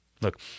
Look